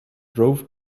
drove